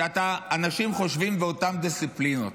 שאנשים חושבים באותן דיסציפלינות.